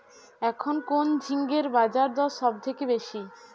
এখন কোন ঝিঙ্গের বাজারদর সবথেকে বেশি?